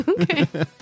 Okay